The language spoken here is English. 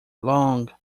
long